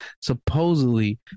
Supposedly